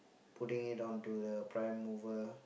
putting it onto the prime mover